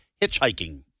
hitchhiking